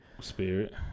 spirit